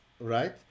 right